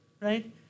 right